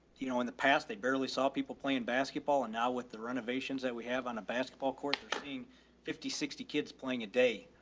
you know, in the past they barely saw people playing basketball. and now with the renovations that we have on a basketball court, they're seeing fifty, sixty kids playing a day.